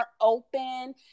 open